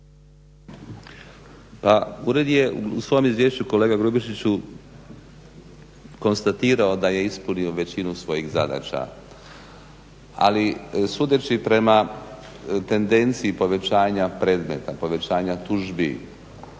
Ured je u svom Izvješću kolega Grubišiću konstatirao da je ispunio većinu svojih zadaća. Ali sudeći prema tendenciji povećanja predmeta, povećanja tužbi,